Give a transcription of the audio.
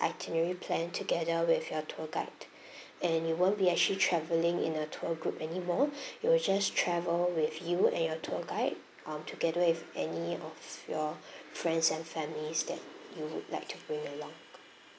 itinerary plan together with your tour guide and you won't be actually travelling in a tour group anymore you will just travel with you and your tour guide um together with any of your friends and families that you would like to bring along